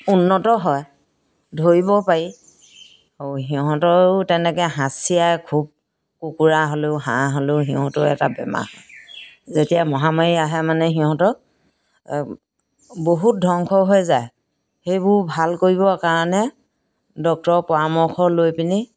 উন্নত হয় ধৰিব পাৰি আৰু সিহঁতৰো তেনেকে হাঁচিয়াই খুব কুকুৰা হ'লেও হাঁহ হ'লেও সিহঁতৰ এটা বেমাৰ হয় যেতিয়া মহামাৰী আহে মানে সিহঁতক বহুত ধ্বংস হৈ যায় সেইবোৰ ভাল কৰিবৰ কাৰণে ডক্তৰৰ পৰামৰ্শ লৈ পিনি